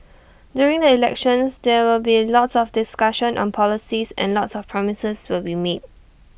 during the elections there will be lots of discussion on policies and lots of promises will be made